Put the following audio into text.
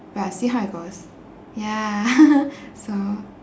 but see how it goes ya so